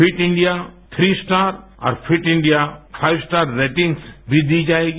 fit India three star और fit India five star ratings भी दी जाएगी